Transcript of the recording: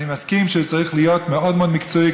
אני מסכים שזה צריך להיות מאוד מאוד מקצועי,